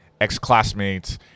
ex-classmates